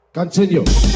Continue